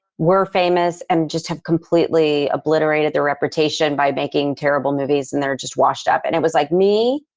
were famous and just have completely obliterated their reputation by making terrible movies and they're just washed up. and it was like me,